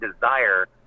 desire